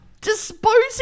disposing